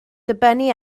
dibynnu